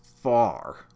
far